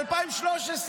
ב-2013,